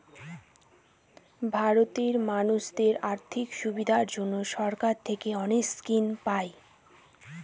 ভারতে মানুষদের আর্থিক সুবিধার জন্য সরকার থেকে অনেক স্কিম পায়